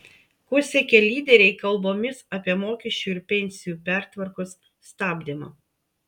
ko siekia lyderiai kalbomis apie mokesčių ir pensijų pertvarkos stabdymą